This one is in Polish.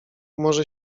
może